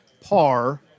par